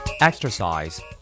Exercise